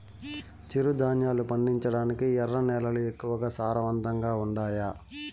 చిరుధాన్యాలు పండించటానికి ఎర్ర నేలలు ఎక్కువగా సారవంతంగా ఉండాయా